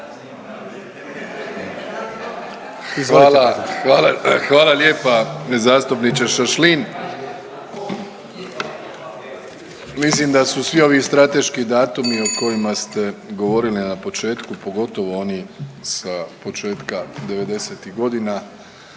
hvala lijepa zastupniče Šašlin. Mislim da su svi ovi strateški datumi o kojima ste govorili na početku, pogotovo oni sa početka '90.-tih godina